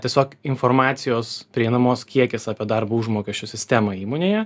tiesiog informacijos prieinamos kiekis apie darbo užmokesčio sistemą įmonėje